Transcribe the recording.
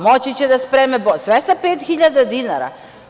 Moći će da spreme sve sa 5.000 dinara?